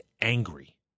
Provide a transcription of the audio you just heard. angry